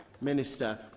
Minister